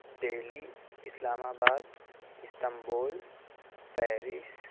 Delhi Islamabad Istanbul Paris